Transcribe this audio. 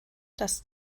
das